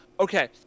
Okay